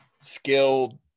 skilled